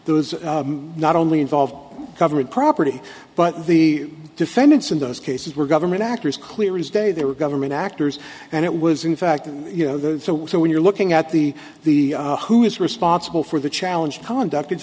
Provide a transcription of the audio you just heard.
was not only involved government property but the defendants in those cases were government actors cleary's day they were government actors and it was in fact you know the so when you're looking at the the who is responsible for the challenge conduct it's